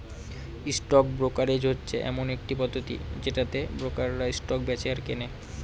stock brokerage হচ্ছে এমন একটি পদ্ধতি যেটাতে ব্রোকাররা স্টক বেঁচে আর কেনে